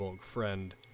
friend